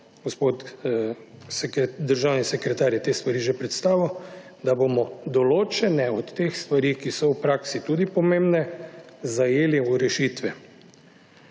gospod državni sekretar je te stvari že predstavil, da bomo določene od teh stvari, ki so v praksi tudi pomembne, zajeli v rešitve.